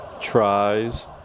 Tries